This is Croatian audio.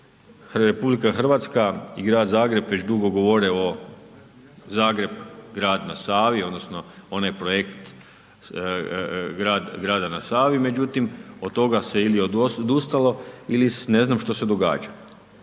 pitanju. RH i Grad Zagreb već dugo govore o Zagreb-grad na Savi, odnosno onaj projekt grada na Savi, međutim, od toga se ili odustalo ili, ne znam što se događa.